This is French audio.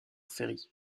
ferry